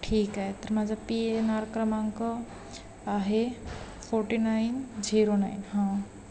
ठीके तर माझा पी एन आर क्रमांक आहे फोर्टी नाईन झिरो नाईन हां